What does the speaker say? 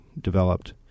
developed